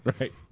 right